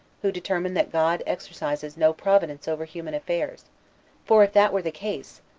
who determine that god exercises no providence over human affairs for if that were the case,